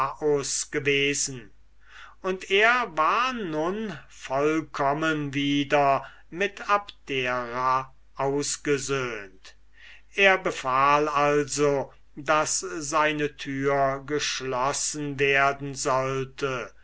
gewesen und er war nun vollkommen wieder mit abdera zufrieden er befahl also daß seine türe geschlossen werden sollte